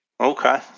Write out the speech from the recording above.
Okay